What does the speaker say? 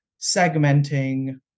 segmenting